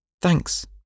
Thanks